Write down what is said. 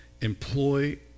employ